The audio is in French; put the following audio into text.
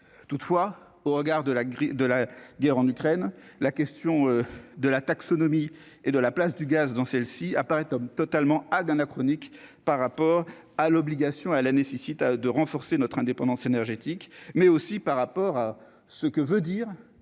toutefois au regard de la grille de la guerre en Ukraine, la question de la taxonomie et de la place du gaz dans celle-ci apparaît comme totalement ah d'anachronique par rapport à l'obligation à la nécessite de renforcer notre indépendance énergétique, mais aussi par rapport à ce que veut dire